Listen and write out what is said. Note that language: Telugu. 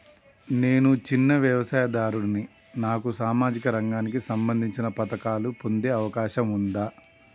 నేను చిన్న వ్యవసాయదారుడిని నాకు సామాజిక రంగానికి సంబంధించిన పథకాలు పొందే అవకాశం ఉందా?